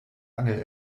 angel